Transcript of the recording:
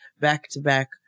back-to-back